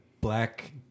black